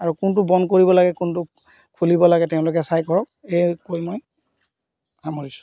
আৰু কোনটো বন্ধ কৰিব লাগে কোনটো খুলিব লাগে তেওঁলোকে চাই কৰক এই কৈ মই সামৰিছোঁ